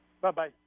Bye-bye